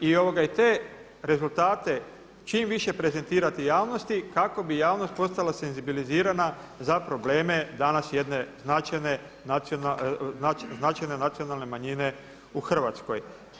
I te rezultate čim više prezentirati javnosti kako bi javnost postala senzibilizirana za probleme danas jedne značajne nacionalne manjine u Hrvatskoj.